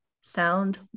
Sound